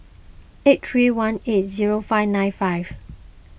eight three one eight zero five nine five